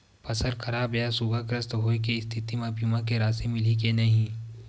फसल खराब या सूखाग्रस्त होय के स्थिति म बीमा के राशि मिलही के नही?